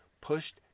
pushed